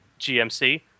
GMC